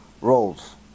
roles